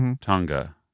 Tonga